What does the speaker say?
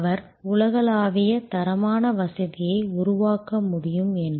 அவர் உலகளாவிய தரமான வசதியை உருவாக்க முடியும் என்று